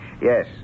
Yes